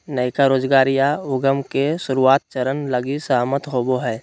नयका रोजगार या उद्यम के शुरुआत चरण लगी सहमत होवो हइ